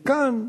וכאן,